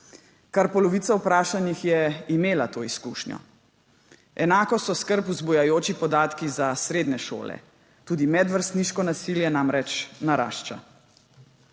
Kar polovica vprašanih je imela to izkušnjo. Enako so skrb vzbujajoči podatki za srednje šole. Tudi medvrstniško nasilje namreč narašča.